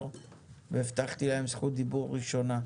ואני הבטחתי להם זכות דיבור ראשונה.